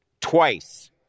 twice